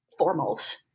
formals